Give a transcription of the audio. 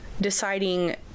deciding